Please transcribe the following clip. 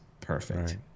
perfect